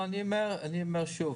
אני אומר שוב,